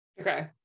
Okay